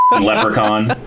leprechaun